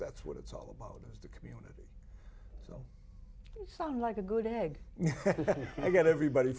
that's what it's all about is the community so you sound like a good egg and you get everybody